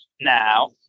now